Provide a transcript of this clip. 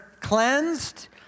cleansed